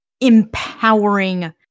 empowering